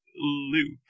Luke